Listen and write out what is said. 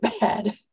bad